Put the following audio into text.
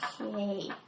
Okay